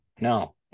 no